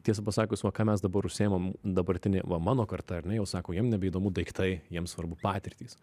tiesą pasakius va ką mes dabar užsiimam dabartinė va mano karta ar ne jau sako jiem nebeįdomu daiktai jiems svarbu patirtys